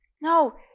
No